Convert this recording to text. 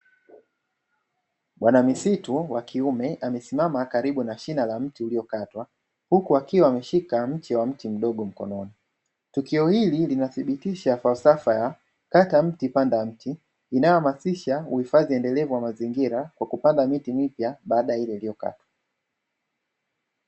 Bwana misitu wa kiume amesimama karibu na shina la mti uliokatwa, huku akiwa ameshika mche wa mti mdogo mkononi. Tukio hili linathibitisha falsafa ya “kata mti panda mti,” inayohamasisha uhifadhi endelevu wa mazingira kwa kupanda miti mipya baada ya ile iliyokatwa.